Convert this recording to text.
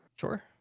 Sure